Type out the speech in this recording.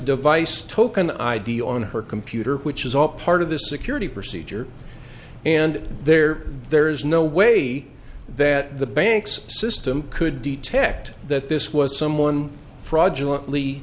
device token id on her computer which is all part of the security procedure and there there is no way that the bank's system could detect that this was someone fraudulent